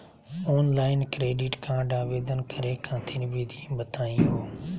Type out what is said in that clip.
Online credit card आवेदन करे खातिर विधि बताही हो?